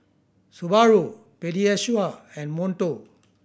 Subaru Pediasure and Monto